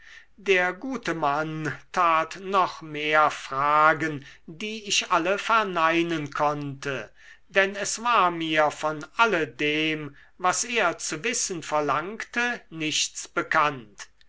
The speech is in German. der gute mann tat noch mehr fragen die ich alle verneinen konnte denn es war mir von alledem was er zu wissen verlangte nichts bekannt